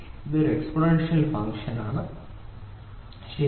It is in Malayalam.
ഇത് ഒരു എക്സ്പോണൻഷ്യൽ ഫാഷനാണ് ശരി